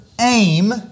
aim